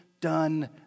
done